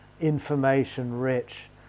information-rich